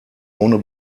ohne